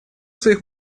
своих